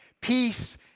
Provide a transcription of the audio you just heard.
Peace